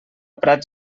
prats